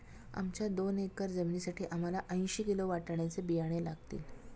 आमच्या दोन एकर जमिनीसाठी आम्हाला ऐंशी किलो वाटाण्याचे बियाणे लागतील